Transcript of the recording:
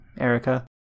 Erica